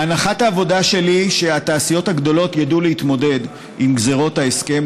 הנחת העבודה שלי היא שהתעשיות הגדולות ידעו להתמודד עם גזרות ההסכם,